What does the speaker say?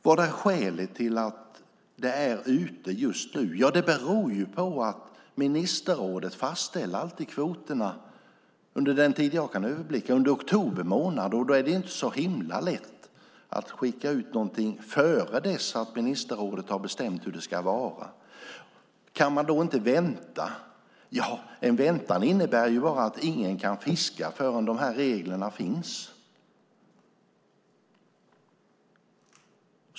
Vad är skälet till att förslaget är ute just nu? Jo, skälet är att ministerrådet alltid fastställer kvoten under oktober månad. Det är inte så lätt att skicka ut något innan ministerrådet har bestämt hur det ska vara. Kan man inte vänta? En väntan innebär bara att ingen kan fiska förrän reglerna finns.